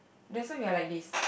that's why we are like this